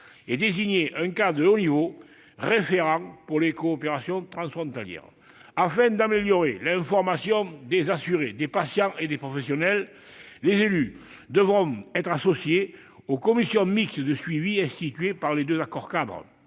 et désigner un cadre de haut niveau référent pour les coopérations transfrontalières ; afin d'améliorer l'information des assurés, des patients et des professionnels, les élus devront être associés aux commissions mixtes de suivi instituées par les deux accords-cadres.